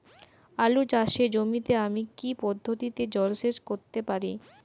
আলু চাষে জমিতে আমি কী পদ্ধতিতে জলসেচ করতে পারি?